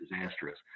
disastrous